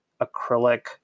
acrylic